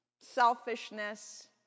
selfishness